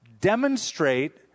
Demonstrate